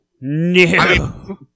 No